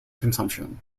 consumption